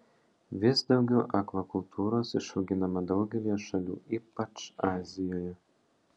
vis daugiau akvakultūros išauginama daugelyje šalių ypač azijoje